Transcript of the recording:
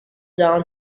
down